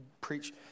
preach